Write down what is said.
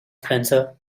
spencer